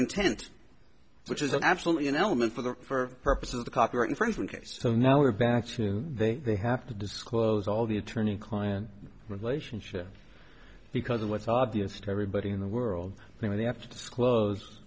intent which is absolutely an element for the for purposes of the copyright infringement case so now we're back to they have to disclose all the attorney client relationship because of what's obvious to everybody in the world i mean they have to disclose